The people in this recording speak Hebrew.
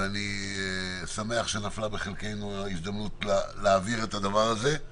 ואני שמח שנפלה בחלקנו ההזדמנות להעביר את הדבר הזה.